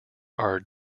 are